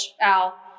Al